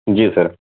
جی سر